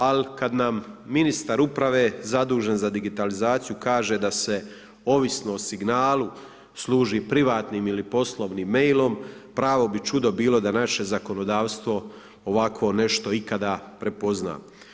Ali kad na Ministar uprave zadužen za digitalizaciju kaže da se ovisno o signalu služi privatnim ili poslovnim mailom, pravo bi čudo bilo da naše zakonodavstvo ovakvo nešto ikada prepozna.